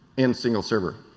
in single server.